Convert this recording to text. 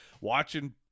Watching